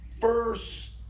first